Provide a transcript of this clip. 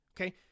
okay